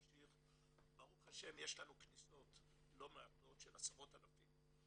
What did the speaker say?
ברוך השם יש לנו כניסות לא מעטות של עשרות אלפים,